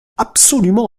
absolument